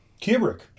Kubrick